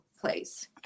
Place